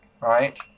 right